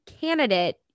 candidate